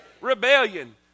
Rebellion